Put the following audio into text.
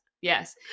yes